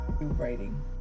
writing